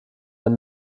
ein